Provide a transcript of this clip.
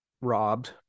robbed